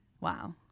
Wow